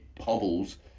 hobbles